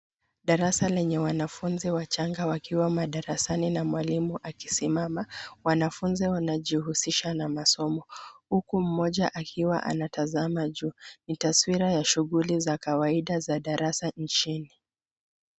Darasa lenye wanafunzi wachanga wakiwa madarasani na mwalimu akisimama wanafunzi, wanajihusisha na masomo huku mmoja akiwa anatazama juu ni taswira ya shughli za darasa inchini